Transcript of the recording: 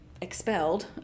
expelled